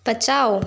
पचाओ